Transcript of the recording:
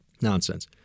Nonsense